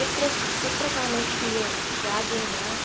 पुत्रस् पुत्रकामेष्टि यो यागेन